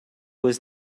was